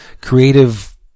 creative